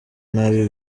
nabi